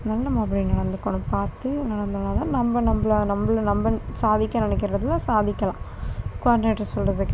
நல்ல முறையில் நடந்துக்கணும் பார்த்து நடந்தோன்னால் தான் நம்ப நம்மளை நம்பளை நம்ப சாதிக்க நினைக்குறதும் சாதிக்கலாம் கோஆடினேட்டர் சொல்வது